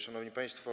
Szanowni Państwo!